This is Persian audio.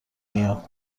میاد